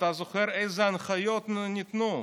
ואתה זוכר איזה הנחיות ניתנו?